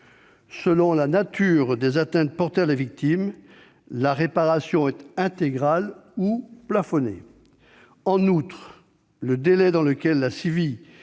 Selon la nature des atteintes portées à la victime, la réparation est intégrale ou plafonnée. En outre, le délai dans lequel la CIVI